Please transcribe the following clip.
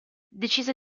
decise